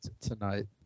tonight